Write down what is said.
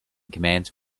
commands